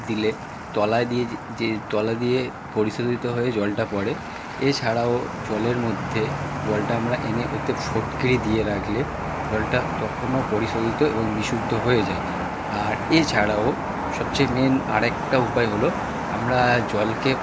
দিলে তলায় দিয়ে যে যে তলা দিয়ে পরিশোধিত হয়ে জলটা পড়ে এছাড়াও জলের মধ্যে জলটা আমরা এনে ওতে ফটকিরি দিয়ে রাখলে জলটা তখনও পরিশোধিত এবং বিশুদ্ধ হয়ে যায় আর এছাড়াও সবচেয়ে মেন আরেকটা উপায় হলো আমরা জলকে